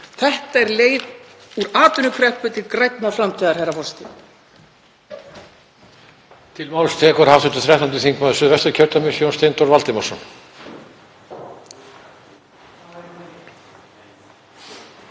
Þetta er leið úr atvinnukreppu til grænnar framtíðar, herra forseti.